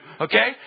okay